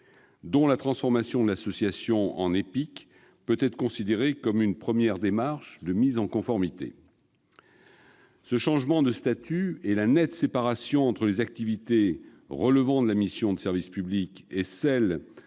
dont la transformation de l'association en EPIC peut être considérée comme une première démarche de mise en conformité. Ce changement de statut et la nette séparation entre les activités relevant de la mission de service public et celles